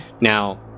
Now